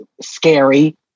scary